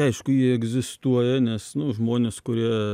aišku ji egzistuoja nes žmonės kurie